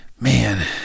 Man